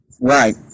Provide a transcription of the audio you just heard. Right